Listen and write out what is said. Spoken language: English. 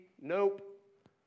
nope